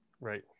Right